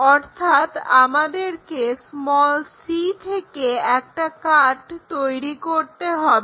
অর্থাৎ আমাদেরকে c থেকে একটা কাট্ তৈরি করতে হবে